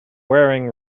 wearing